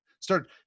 Start